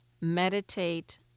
meditate